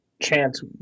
chance